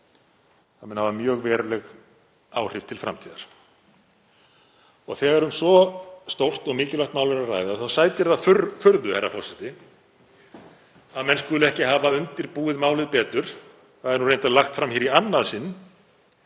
Það mun hafa mjög veruleg áhrif til framtíðar. Þegar um svo stórt og mikilvægt mál er að ræða þá sætir það furðu, herra forseti, að menn skuli ekki hafa undirbúið málið betur, það er reyndar lagt fram í annað sinn,